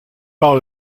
par